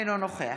אינו נוכח